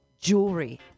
jewelry